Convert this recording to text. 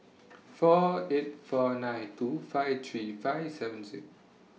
four eight four nine two five three five seven six